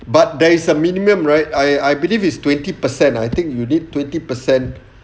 but there is a minimum right I I believe is twenty percent I think you need twenty percent